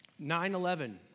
9-11